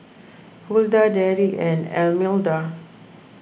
Hulda Derrick and Almeda